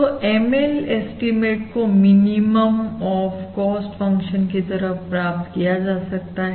तो ML estimate को minimum of cost function की तरह प्राप्त किया जा सकता है